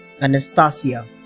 Anastasia